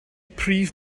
prif